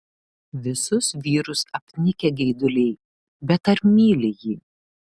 visus vyrus apnikę geiduliai bet ar myli jį